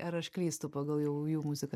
ar aš klystu pagal jau jų muziką